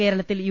കേരളത്തിൽ യു